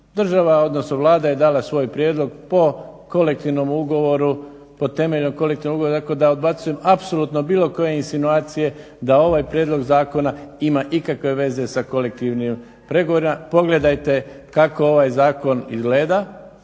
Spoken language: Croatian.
Država odnosno Vlada je dala svoj prijedlog po kolektivnom ugovoru o temelju kolektivnog ugovora tako da odbacujem apsolutno bilo koje insinuacije da ovaj prijedloga zakona ima ikakve veze sa kolektivnim pregovorima. Pogledajte kako ovaj zakon izgleda.